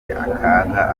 akaga